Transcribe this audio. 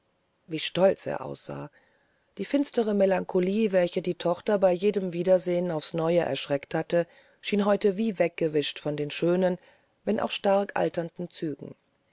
wie stolz er aussah die finstere melancholie welche die tochter bei jedem wiedersehen aufs neue erschreckt hatte schien heute wie weggewischt von den schönen wenn auch stark alternden zügen